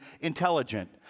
intelligent